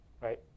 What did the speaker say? right